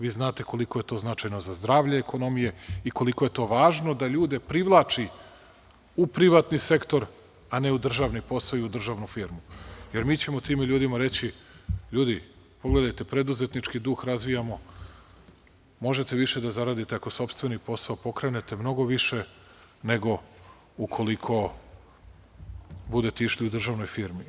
Vi znate koliko je to značajno za zdravlje ekonomije i koliko je to važno da ljude privlači u privatni sektor, a ne u državni posao i u državnu firmu, jer mi ćemo tim ljudima reći – ljudi, pogledajte preduzetnički duh razvijamo, možete više da zaradite ako sopstveni posao pokrenete, mnogo više nego ukoliko budete išli u državnu firmu.